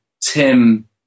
Tim